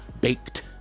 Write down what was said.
baked